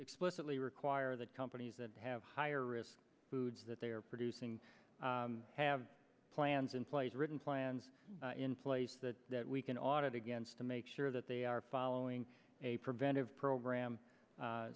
explicitly require that companies that have higher risk foods that they are producing have plans in place written plans in place that we can audit against to make sure that they are following a preventive program